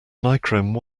nichrome